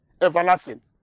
everlasting